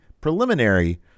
preliminary